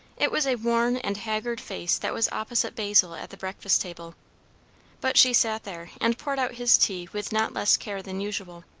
it was a worn and haggard face that was opposite basil at the breakfast table but she sat there, and poured out his tea with not less care than usual.